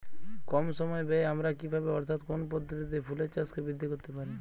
কম সময় ব্যায়ে আমরা কি ভাবে অর্থাৎ কোন পদ্ধতিতে ফুলের চাষকে বৃদ্ধি করতে পারি?